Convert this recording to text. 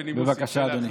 בבקשה, אדוני.